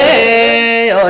a